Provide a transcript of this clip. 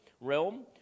realm